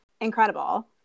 incredible